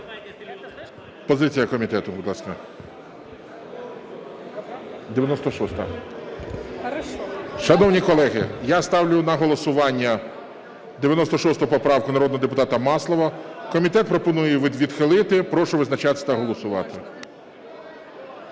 Позиція комітету, будь ласка. 96-а. Шановні колеги, я ставлю на голосування 96 поправку народного депутата Маслова. Комітет пропонує її відхилити. Прошу визначатися та голосувати.